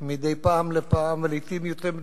אני הרשיתי לך